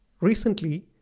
Recently